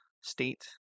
state